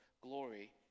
glory